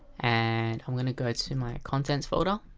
and i wanna go to my contents folder